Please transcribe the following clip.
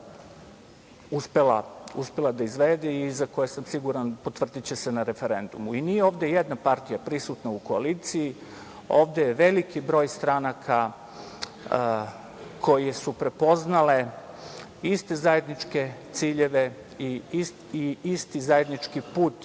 uspela da izvede i za koje sam siguran da će se potvrditi na referendumu. Nije ovde jedna partija prisutna u koaliciji, ovde je veliki broj stranaka koje su prepoznale iste zajedničke ciljeve i isti zajednički put